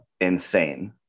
insane